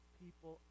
people